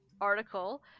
article